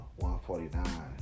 149